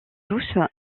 douce